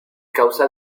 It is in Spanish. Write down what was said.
causa